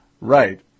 right